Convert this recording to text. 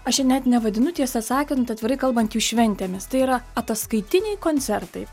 aš čia net nevadinu tiesą sakant atvirai kalbant jų šventėmis tai yra ataskaitiniai koncertai